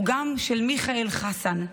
הוא גם של מיכאל חסן,